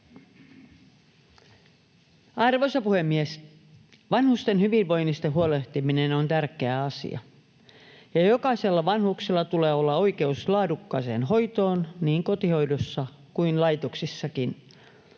Arvoisa puhemies! Vanhusten hyvinvoinnista huolehtiminen on tärkeä asia, ja jokaisella vanhuksella tulee olla oikeus laadukkaaseen hoitoon niin kotihoidossa kuin laitoksissakin.